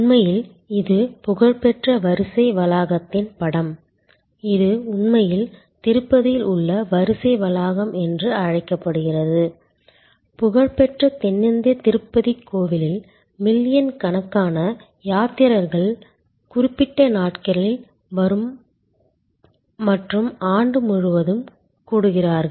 உண்மையில் இது புகழ்பெற்ற வரிசை வளாகத்தின் படம் இது உண்மையில் திருப்பதியில் உள்ள வரிசை வளாகம் என்று அழைக்கப்படுகிறது புகழ்பெற்ற தென்னிந்திய திருப்பதி கோவிலில் மில்லியன் கணக்கான யாத்ரீகர்கள் குறிப்பிட்ட நாட்களில் மற்றும் ஆண்டு முழுவதும் கூடுகிறார்கள்